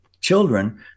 children